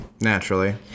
Naturally